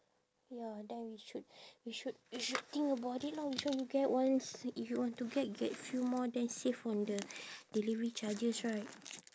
ya then we should we should we should think about it lah which one you get once if you want to get get few more then save on the delivery charges right